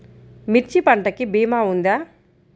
మిర్చి పంటకి భీమా ఉందా?